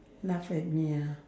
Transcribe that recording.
laugh at me ah